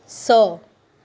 स